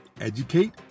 educate